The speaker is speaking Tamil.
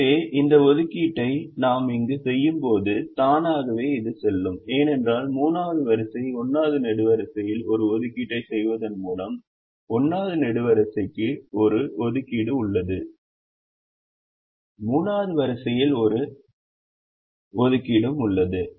எனவே இந்த ஒதுக்கீட்டை நாம் இங்கு செய்யும்போது தானாகவே இது செல்லும் ஏனென்றால் 3 வது வரிசை 1 வது நெடுவரிசையில் ஒரு ஒதுக்கீட்டை செய்வதன் மூலம் 1 வது நெடுவரிசைக்கு ஒரு ஒதுக்கீடு உள்ளது 3 வது வரிசையில் ஒரு வேலையும் உள்ளது